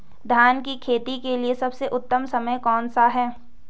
धान की खेती के लिए सबसे उत्तम समय कौनसा है?